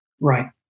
Right